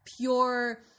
pure